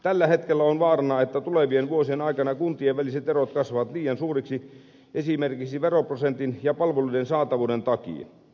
tällä hetkellä on vaarana että tulevien vuosien aikana kuntien väliset erot kasvavat liian suuriksi esimerkiksi veroprosentin ja palveluiden saatavuuden takia